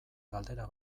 galdera